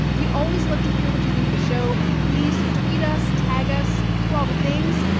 we always love to hear what you think of the show. please tweet us, tag us. do all the things.